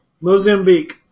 Mozambique